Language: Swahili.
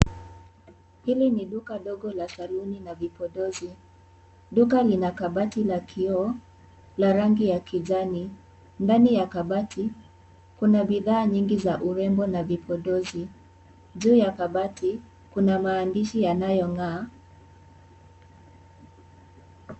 Hili ni duka dogo la saruni na vipodosi, duka lina kabati la kioo la rangi ya kijani ndani ya kabati kuna bidhaa mingi za urembo na vipodosi, juu ya kabati kuna maandishi yanayong'aa.